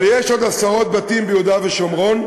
אבל יש עוד עשרות בתים ביהודה ושומרון,